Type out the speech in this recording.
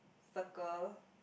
circle